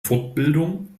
fortbildung